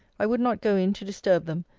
i would not go in to disturb them,